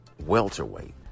welterweight